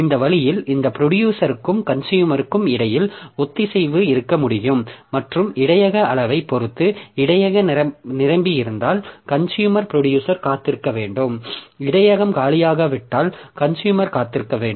இந்த வழியில் இந்த ப்ரொடியூசருக்கும் கன்சுயூமருக்கும் இடையில் ஒத்திசைவு இருக்க முடியும் மற்றும் இடையக அளவைப் பொறுத்து இடையக நிரம்பியிருந்தால் கன்சுயூமர் ப்ரொடியூசர் காத்திருக்க வேண்டும் இடையக காலியாகிவிட்டால் கன்சுயூமர் காத்திருக்க வேண்டும்